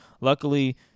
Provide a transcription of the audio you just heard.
Luckily